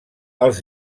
els